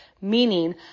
Meaning